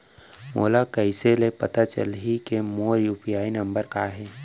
मोला कइसे ले पता चलही के मोर यू.पी.आई नंबर का हरे?